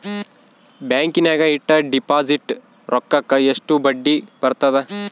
ಬ್ಯಾಂಕಿನಾಗ ಇಟ್ಟ ನನ್ನ ಡಿಪಾಸಿಟ್ ರೊಕ್ಕಕ್ಕ ಎಷ್ಟು ಬಡ್ಡಿ ಬರ್ತದ?